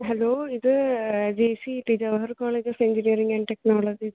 hello ഇത് JC തിരുവാ ർ college of engineering and technologies